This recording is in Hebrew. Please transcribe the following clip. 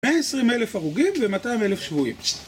120,000 הרוגים ו-200,000 שבויים.